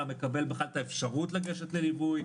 מקבל בכלל את האפשרות לגשת לליווי,